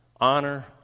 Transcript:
Honor